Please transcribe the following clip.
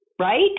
right